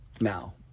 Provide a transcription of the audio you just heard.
Now